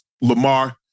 Lamar